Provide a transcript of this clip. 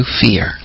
fear